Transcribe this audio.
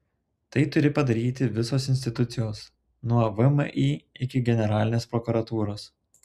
tai turi padaryti visos institucijos nuo vmi iki generalinės prokuratūros